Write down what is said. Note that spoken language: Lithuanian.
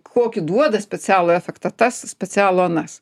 kokį duoda specialų efektą tas specialų anas